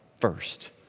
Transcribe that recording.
first